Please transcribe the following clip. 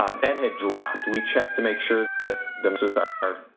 that had dropped. we checked to make sure that the nurses ah are